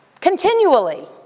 Continually